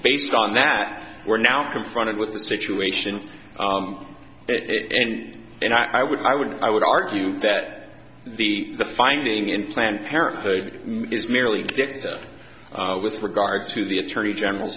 based on that we're now confronted with the situation it end and i would i would i would argue that the the finding in planned parenthood is merely dicta with regard to the attorney general